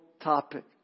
topic